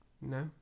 No